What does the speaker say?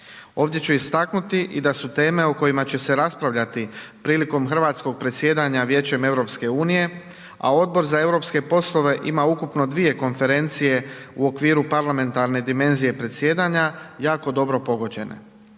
Ovdje ću istaknuti i da su teme o kojima će se raspravljati prilikom hrvatskog predsjedanja Vijećem EU, a Odbor za europske poslove ima ukupno dvije konferencije u okviru parlamentarne dimenzije predsjedanja jako dobro pogođene.